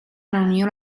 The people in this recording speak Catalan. reunió